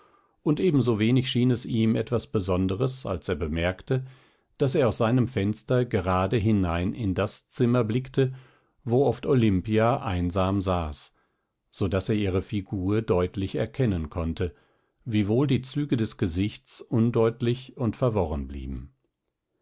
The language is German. und ebensowenig schien es ihm etwas besonderes als er bemerkte daß er aus seinem fenster gerade hinein in das zimmer blickte wo oft olimpia einsam saß so daß er ihre figur deutlich erkennen konnte wiewohl die züge des gesichts undeutlich und verworren blieben